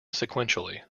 sequentially